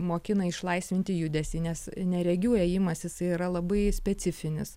mokina išlaisvinti judesį nes neregių ėjimas jis yra labai specifinis